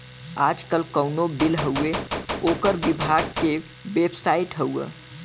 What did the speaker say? आजकल कउनो बिल हउवे ओकर विभाग के बेबसाइट हौ